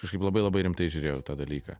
kažkaip labai labai rimtai žiūrėjau į tą dalyką